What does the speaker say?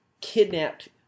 kidnapped